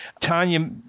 Tanya